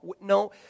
No